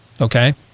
Okay